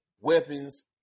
weapons